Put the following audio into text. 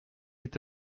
est